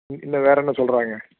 ம் இல்லை வேறு என்ன சொல்கிறாங்க